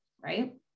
Right